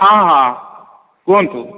ହଁ ହଁ କୁହନ୍ତୁ